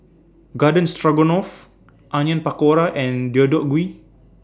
Garden Stroganoff Onion Pakora and Deodeok Gui